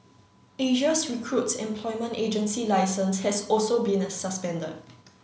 Asia's Recruit's employment agency licence has also been suspended